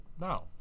now